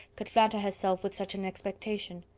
could flatter herself with such an expectation.